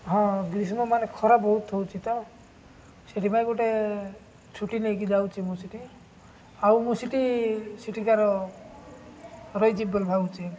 ହଁ ଗ୍ରୀଷ୍ମ ମାନେ ଖରା ବହୁତ ହେଉଛି ତ ସେଥିପାଇଁ ଗୋଟେ ଛୁଟି ନେଇକି ଯାଉଛି ମୁଁ ସେଇଠି ଆଉ ମୁଁ ସେଇଠି ସେଠିକାର ରହିଯିବି ବୋଲି ଭାବୁଛି